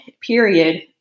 period